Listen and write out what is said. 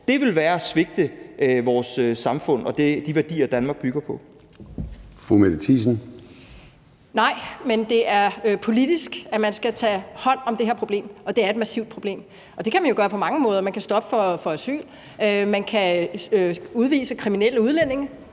Det ville være at svigte vores samfund og de værdier, Danmark bygger på. Kl. 13:10 Formanden (Søren Gade): Fru Mette Thiesen. Kl. 13:10 Mette Thiesen (UFG): Nej, men det er politisk, man skal tage hånd om det her problem, og det er et massivt problem. Det kan man jo gøre på mange måder – man kan stoppe for asyl, man kan udvise kriminelle udlændinge